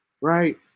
Right